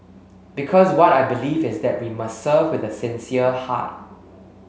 because what I believe is that we must serve with a sincere heart